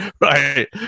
right